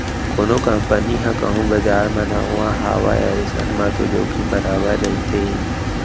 कोनो कंपनी ह कहूँ बजार म नवा हावय अइसन म तो जोखिम बरोबर रहिथे ही